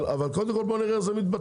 אבל קודם כל בואו נראה איך זה מתבצע.